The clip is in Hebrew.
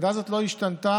נכון.